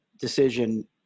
decision